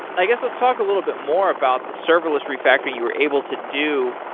i guess let's talk a little bit more about the serverless refactoring you were able to do.